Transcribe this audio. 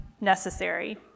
necessary